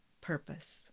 purpose